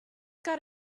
got